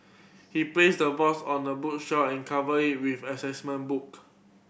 he placed the box on a bookshelf and covered it with an assessment book